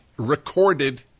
recorded